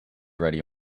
ready